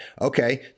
okay